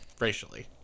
racially